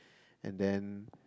and then